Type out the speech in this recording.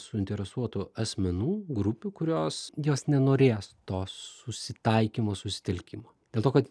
suinteresuotų asmenų grupių kurios jos nenorės to susitaikymo susitelkimo dėl to kad